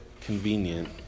convenient